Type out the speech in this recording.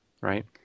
right